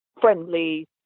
friendly